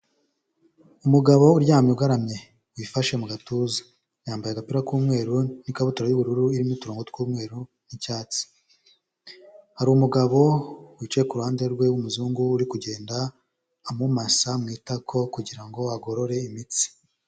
Umugabo uryamye ugaramye wifashe mu gatuza, yambaye agapira k'umweru n'ikabutura y'ubururu irimo uturongo tw'umweru n'icyatsi, hari umugabo wicaye ku ruhande rwe w'umuzungu uri kugenda amumasa mu itako kugira ngo agorore imitsi.